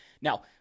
Now